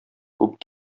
күп